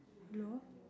hello